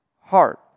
heart